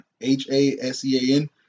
H-A-S-E-A-N